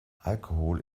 alkohol